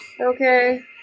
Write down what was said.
Okay